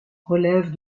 relèvent